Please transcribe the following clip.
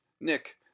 nick